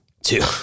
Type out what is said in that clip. Two